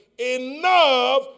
Enough